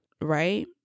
Right